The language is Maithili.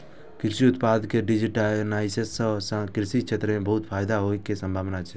कृषि उत्पाद के डिजिटाइजेशन सं कृषि क्षेत्र कें बहुत फायदा होइ के संभावना छै